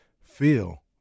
feel